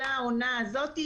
לעונה הזאת,